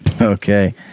Okay